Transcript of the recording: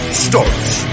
starts